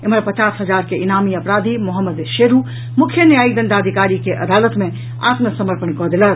एम्हर पचास हजार के ईनामी अपराधी मोहम्मद शेरू मुख्य न्यायिक दडांधिकारी के अदालत मे आत्मसमर्पण कऽ देलक